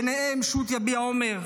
ביניהם שו"ת "יביע אומר",